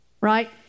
Right